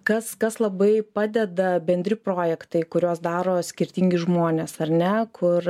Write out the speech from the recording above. kas kas labai padeda bendri projektai kuriuos daro skirtingi žmonės ar ne kur